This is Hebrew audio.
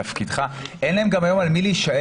תפקידך אין להם היום גם על מי להישען,